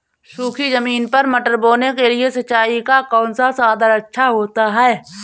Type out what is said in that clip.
सूखी ज़मीन पर मटर बोने के लिए सिंचाई का कौन सा साधन अच्छा होता है?